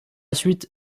suite